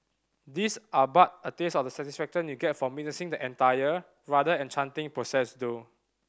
these are but a taste of the satisfaction you'll get from witnessing the entire rather enchanting process though